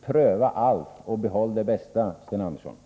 Pröva allt och behåll det bästa, Sten Andersson!